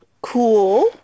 Cool